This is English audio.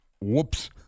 Whoops